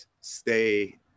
stay